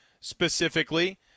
specifically